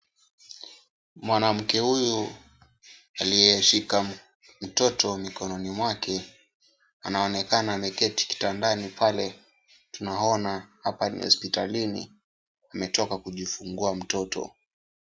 Mwanamke huyu aliyeshika mtoto mikononi mwake anaonekana ameketi kitandani pale. Tunaona hapa ni hospitalini ametoka kujifungua mtoto.